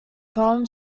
poem